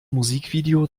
musikvideo